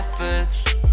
efforts